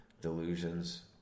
delusions